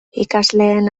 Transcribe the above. ikasleen